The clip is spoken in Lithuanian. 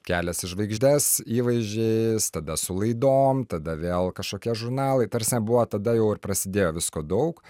kelias į žvaigždes įvaizdžiais tada su laidom tada vėl kažkokie žurnalai ta prasme buvo tada jau ir prasidėjo visko daug